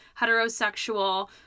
heterosexual